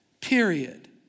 period